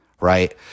right